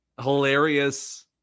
hilarious